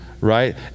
right